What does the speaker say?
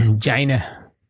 China